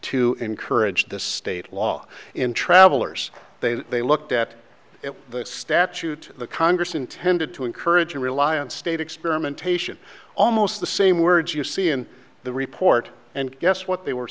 to encourage the state law in travelers they they looked at the statute the congress intended to encourage and rely on state experimentation almost the same words you see in the report and guess what they were